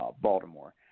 Baltimore